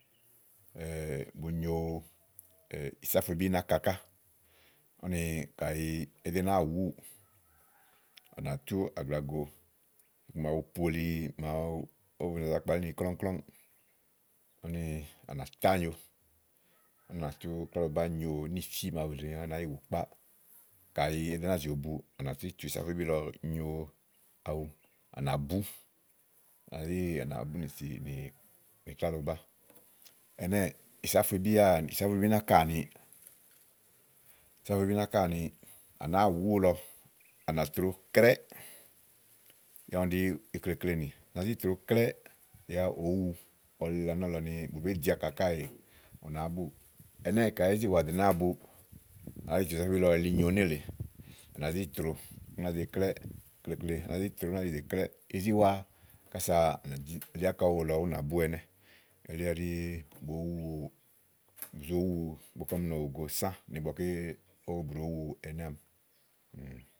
bo nyo ìsáfuebí ná ka ká úni kàyi èé de náà wù úwù, à nàá atu àglago màawu poli màa ówó ba za kpalí ni krɔ̀ɔ krɔ̀ɔ úni à nà tá nyo úni à nà tú kláɖobà nyo níìfí màawu èle úni a nàá yi wú kpá kayi òó do náa zì obu úni à nà tú ìsáfuebí lɔ nyo awu à nà bú àá yi à nàá tinìsi nì kláɖobà ɛnɛ́ɛ̀, ìsáfuebì àni, ìsáfuebì náka àni ìsáfuebí náka àni, à nàáa wù úwu lɔ à nà tro klɛ́ yá úni ɖí ki klekle nì à nàá zi tròo klɛ̀ yá òó wu úwù yá úni ɖíàlɔ ni èé li ila nɔ́lɔ ni èbèé ɖìì áka káèè ù nàáá búù ɛnɛ̀ ka èé zi wa dò náa bu, à nàá zi tùu ìsáfuebí lɔ yili nyo nélèe à nàá zi tròo ú nàá ze klɛ́ klekle á nàá zi tròo ú nàá zi zè klɛ́ izíwaa kása à nà lí áka úwu lɔ ú nà bú ɛnɛ́ elí ɛɖí bòó wu bu zó wu ígbɔké ɔmi nɔ sã nì ígbɔké ówo bù nòó wu ɛnɛ́ àámi.